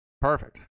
perfect